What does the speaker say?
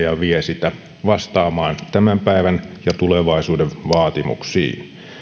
ja vie sitä vastaamaan tämän päivän ja tulevaisuuden vaatimuksiin